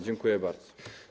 Dziękuję bardzo.